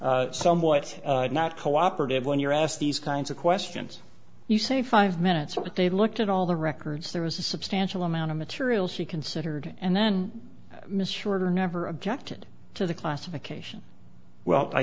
be somewhat not cooperative when you're asked these kinds of questions you say five minutes what they looked at all the records there was a substantial amount of material she considered and then miss shorter never objected to the classification well i